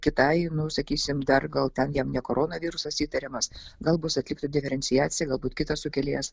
kitai nu sakysim dar gal ten jam ne korona virusas įtariamas gal bus atlikta diferenciacija galbūt kitas sukėlėjas